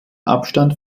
abstand